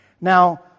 Now